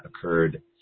occurred